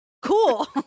Cool